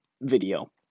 video